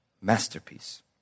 masterpiece